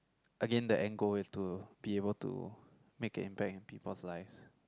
again the end goal is to be able to make an impact in people's lives